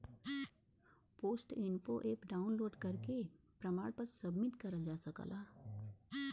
post info app download करके प्रमाण पत्र सबमिट करल जा सकला